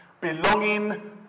Belonging